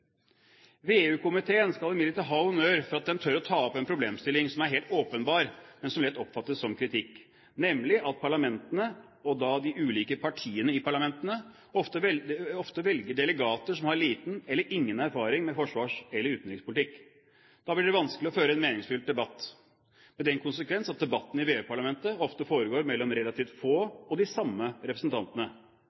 skal imidlertid ha honnør for at den tør å ta opp en problemstilling som er helt åpenbar, men som lett oppfattes som kritikk, nemlig at parlamentene, og da de ulike partiene i parlamentene, ofte velger delegater som har liten eller ingen erfaring med forsvars- eller utenrikspolitikk. Da blir det vanskelig å føre en meningsfylt debatt, med den konsekvens at debatten i VEU-parlamentet ofte foregår mellom relativt få og de samme representantene.